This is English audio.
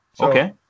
Okay